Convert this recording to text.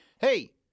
hey